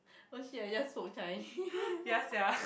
!oh shit! I just spoke Chinese